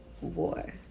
war